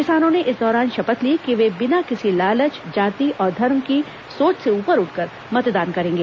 किसानों ने इस दौरान शपथ ली कि वे बिना किसी लालच जाति और धर्म की सोच से उपर उठकर मतदान करेंगे